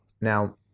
Now